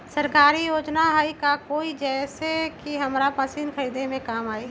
सरकारी योजना हई का कोइ जे से हमरा मशीन खरीदे में काम आई?